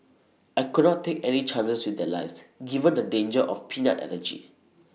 I could not take any chances with their lives given the danger of peanut allergy